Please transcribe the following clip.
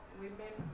women